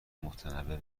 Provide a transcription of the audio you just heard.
متنوع